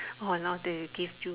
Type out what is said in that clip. orh now they give you